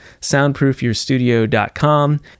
soundproofyourstudio.com